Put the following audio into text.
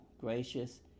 gracious